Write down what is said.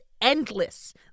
endless